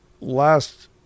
last